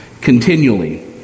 continually